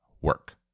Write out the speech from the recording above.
work